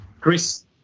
chris